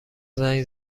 زنگ